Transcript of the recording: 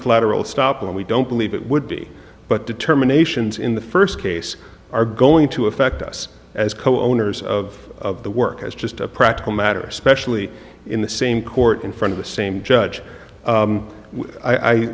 collateral stop and we don't believe it would be but determinations in the first case are going to affect us as co owners of the work as just a practical matter especially in the same court in front of the same judge